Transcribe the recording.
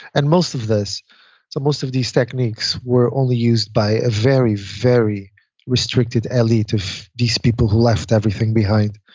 and most of this, so most of these techniques were only used by a very, very restricted elite of these people who left everything behind,